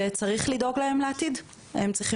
לכן צריך לדאוג לעתיד שלהם,